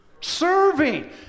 Serving